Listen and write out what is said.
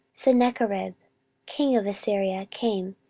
sennacherib king of assyria came,